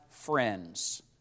friends